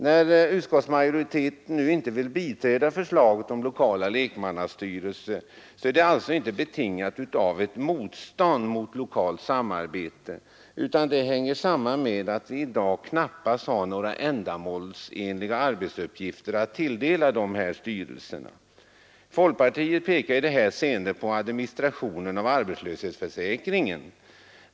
När utskottets majoritet nu inte vill biträda förslaget om lokala lekmannastyrelser är den inställningen alltså inte betingad av något motstånd mot lokalt samarbete, utan den hänger samman med att vi i dag knappast har några ändamålsenliga arbetsuppgifter att tilldela de här styrelserna. Folkpartiet pekar i det hänseendet på administrationen av arbetslöshetsförsäkringen.